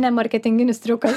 ne marketinginis triukas